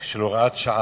שעה.